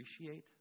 appreciate